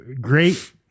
great